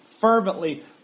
Fervently